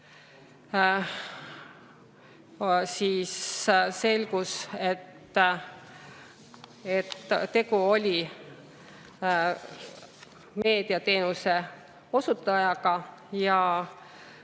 juunil selgus, et tegu oli meediateenuse osutajaga ja